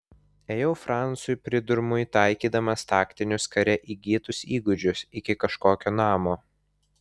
ėjau francui pridurmui taikydamas taktinius kare įgytus įgūdžius iki kažkokio namo